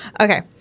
okay